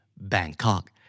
Bangkok